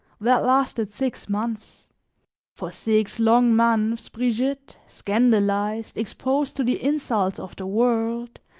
that lasted six months for six long months, brigitte, scandalized, exposed to the insults of the world,